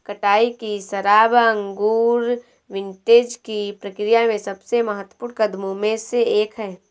कटाई की शराब अंगूर विंटेज की प्रक्रिया में सबसे महत्वपूर्ण कदमों में से एक है